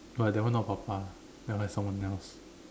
right that one not papa that one someone else